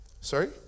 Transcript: Sorry